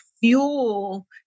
fuel